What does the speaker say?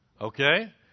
Okay